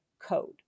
code